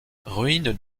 ruines